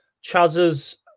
Chaz's